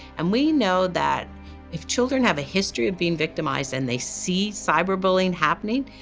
and we know that if children have a history of being victimized and they see cyberbullying happening,